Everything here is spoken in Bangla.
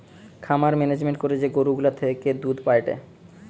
খামার মেনেজমেন্ট করে যে গরু গুলা থেকে দুধ পায়েটে